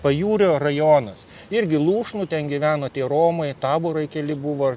pajūrio rajonas irgi lūšnų ten gyveno tie romai taborai keli buvo